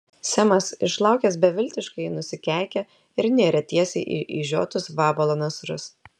semas išlaukęs beviltiškai nusikeikė ir nėrė tiesiai į išžiotus vabalo nasrus